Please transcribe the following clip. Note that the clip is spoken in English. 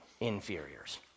inferiors